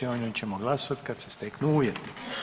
O njoj ćemo glasovati kad se steknu uvjeti.